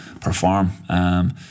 perform